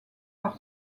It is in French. par